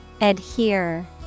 Adhere